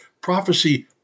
Prophecy